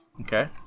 Okay